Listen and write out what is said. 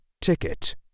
ticket